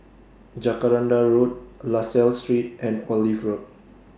Jacaranda Road La Salle Street and Olive Road